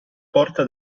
porta